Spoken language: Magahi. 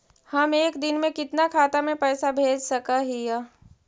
हम एक दिन में कितना खाता में पैसा भेज सक हिय?